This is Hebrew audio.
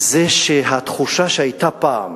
זה שהתחושה שהיתה פעם